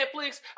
Netflix